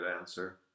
answer